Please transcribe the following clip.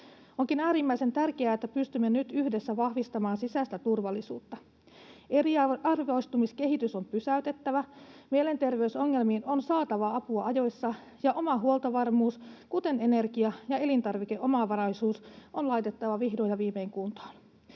Onkin äärimmäisen tärkeää, että pystymme nyt yhdessä vahvistamaan sisäistä turvallisuutta. Eriarvoistumiskehitys on pysäytettävä, mielenterveysongelmiin on saatava apua ajoissa, ja oma huoltovarmuus, kuten energia- ja elintarvikeomavaraisuus, on laitettava vihdoin ja viimein kuntoon.